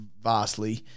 vastly